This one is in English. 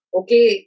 okay